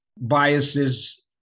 biases